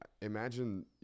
imagine